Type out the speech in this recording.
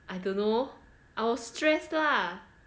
I don't know I will stress lah